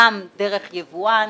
גם דרך יבואן.